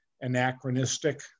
anachronistic